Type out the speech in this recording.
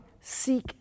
seek